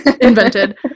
invented